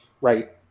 Right